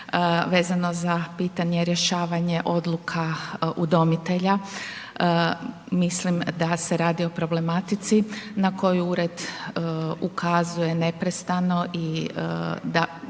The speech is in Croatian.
vezano za pitanje rješavanja odluka udomitelja. Mislim da se radi o problematici na koju ured ukazuje neprestano i da